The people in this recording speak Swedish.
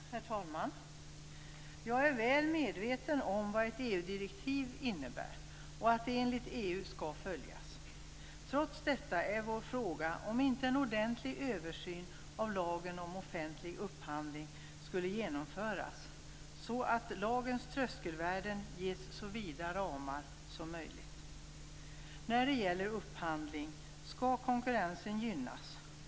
Herr talman! Jag väl medveten om vad ett EU direktiv innebär och att det enligt EU skall följas. Trots detta är ifrågasätter vi om inte en ordentlig översyn av lagen om offentlig upphandling skulle genomföras så att lagens tröskelvärden ges så vida ramar som möjligt. När det gäller upphandling skall konkurrensen gynnas.